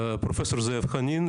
פרופסור זאב חנין,